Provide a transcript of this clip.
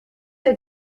der